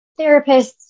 therapists